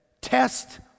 test